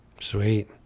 sweet